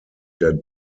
der